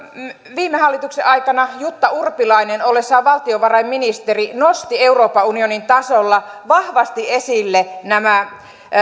viime hallituksen aikana jutta urpilainen ollessaan valtiovarainministeri nosti euroopan unionin tasolla vahvasti esille nämä